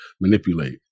manipulate